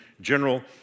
General